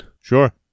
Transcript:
Sure